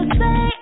say